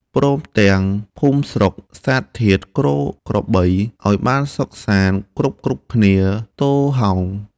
ព្រមទាំងស្រុកភូមិ សត្វធាតុគោក្របី ឲ្យបានសុខសប្បាយគ្រប់ៗគ្នាទោហោង”